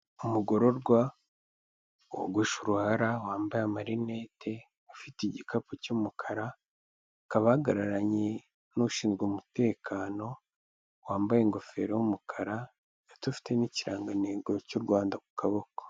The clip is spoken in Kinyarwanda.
Iki ngiki akaba ari icyapa kerekana ko aga ngaha ari mu karere ka Bugesera, Akarere ka Bugesera gaherereye mu ntara y'iburasira zuba mu gihugu cy'urwanda, ni ahantu heza harambuye gusa haba ubushyuhe.